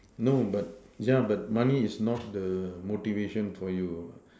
no but yeah but money is not the motivation for you